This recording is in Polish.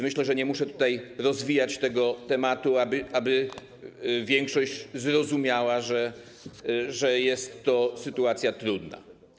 Myślę, że nie muszę tutaj rozwijać tego tematu, aby większość zrozumiała, że jest to sytuacja trudna.